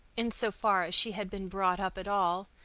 in so far as she had been brought up at all,